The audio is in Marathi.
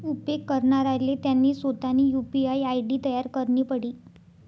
उपेग करणाराले त्यानी सोतानी यु.पी.आय आय.डी तयार करणी पडी